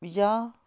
ਜਾਂ